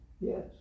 yes